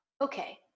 okay